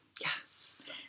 Yes